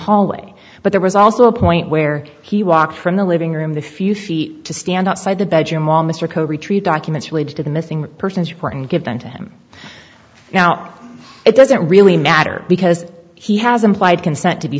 hallway but there was also a point where he walked from the living room the few feet to stand outside the bedroom while mr coe retreat documents related to the missing persons report and give them to him now it doesn't really matter because he has implied consent to be